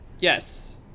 Yes